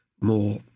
more